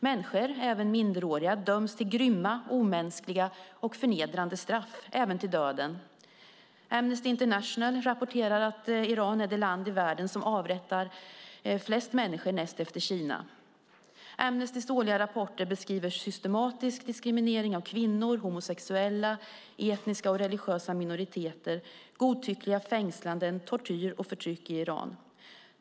Människor, även minderåriga, döms till grymma, omänskliga och förnedrande straff, även till döden. Amnesty International rapporterar att Iran är det land i världen som avrättar flest människor näst efter Kina. Amnestys årliga rapporter beskriver systematisk diskriminering av kvinnor, homosexuella, etniska och religiösa minoriteter, godtyckliga fängslanden, tortyr och förtryck i Iran.